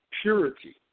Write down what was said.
purity